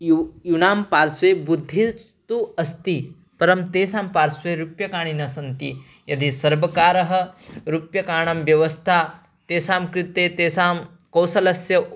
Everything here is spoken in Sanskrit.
ये यूनां पार्श्वे बुद्धिस्तु अस्ति परं तेषां पार्श्वे रूप्यकाणि न सन्ति यदि सर्वकारः रुप्यकाणां व्यवस्था तेषां कृते तेषां कौशलस्य